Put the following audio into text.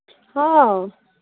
ꯍꯥꯎ